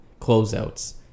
closeouts